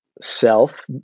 self